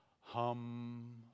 hum